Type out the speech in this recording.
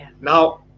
Now